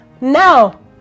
Now